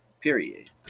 Period